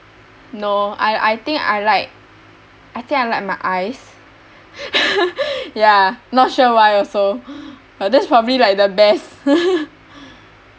no I I think I like I think I like my eyes ya not sure why also but that's probably like the best